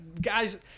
guys